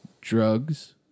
drugs